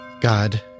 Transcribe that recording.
God